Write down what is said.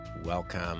Welcome